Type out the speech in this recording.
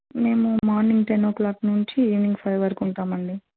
మేము morning ten o'clock నుంచి evening five వరకు ఉంటామండి